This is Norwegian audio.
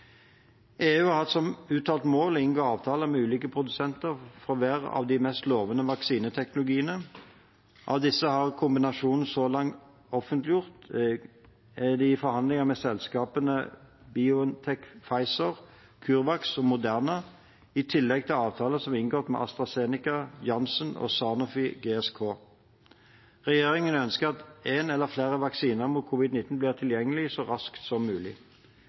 EU har som uttalt mål å inngå avtaler med ulike produsenter for hver av de mest lovende vaksineteknologiene. Av disse har kommisjonen så langt offentliggjort at de er i forhandlinger med selskapene BioNTech-Pfizer, CureVac og Moderna, i tillegg til avtaler som er inngått med AstraZeneca, Janssen og Sanofi-GSK. Regjeringen ønsker at en eller flere vaksiner mot covid-19 blir tilgjengelige så raskt som mulig.